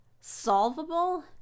solvable